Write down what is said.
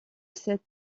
cet